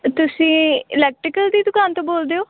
ਤੁਸੀਂ ਇਲੈਕਟ੍ਰੀਕਲ ਦੀ ਦੁਕਾਨ ਤੋਂ ਬੋਲਦੇ ਹੋ